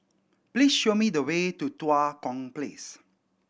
please show me the way to Tua Kong Place